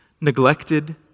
Neglected